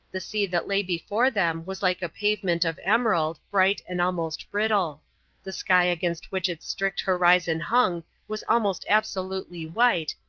the sea that lay before them was like a pavement of emerald, bright and almost brittle the sky against which its strict horizon hung was almost absolutely white,